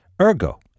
Ergo